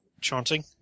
chanting